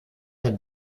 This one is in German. der